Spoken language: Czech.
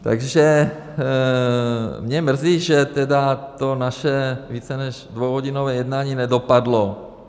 Takže mě mrzí, že to naše více než dvouhodinové jednání nedopadlo.